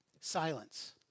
silence